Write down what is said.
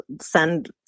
send